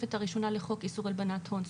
מהתוספת הראשונה לחוק איסור הלבנת הון.